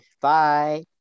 Bye